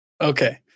Okay